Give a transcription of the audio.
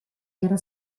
era